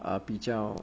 err 比较